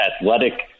athletic